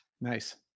nice